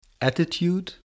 attitude